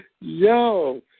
Yo